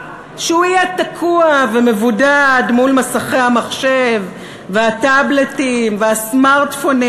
שהוא יהיה תקוע ומבודד מול מסכי המחשב והטאבלטים והסמרטפונים,